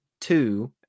Two